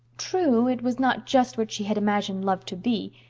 true, it was not just what she had imagined love to be.